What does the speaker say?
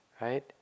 Right